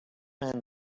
man